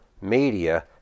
media